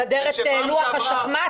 מסדר את לוח השחמט?